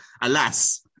Alas